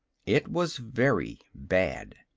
it was very bad.